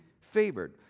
favored